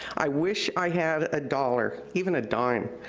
i wish i had a dollar, even a dime,